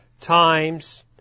times